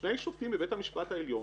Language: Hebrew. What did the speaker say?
שני שופטים בבית המשפט העליון,